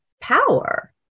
power